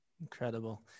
Incredible